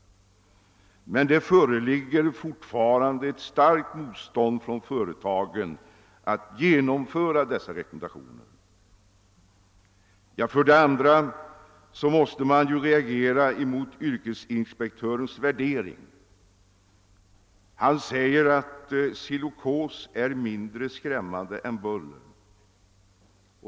Men det föreligger fortfarande ett starkt motstånd från företagen när det gäller att följa dessa rekommendationer. Vidare måste man reagera mot yrkesinspektörens värdering. Han säger att silikos är mindre skrämmande än buller.